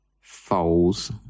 false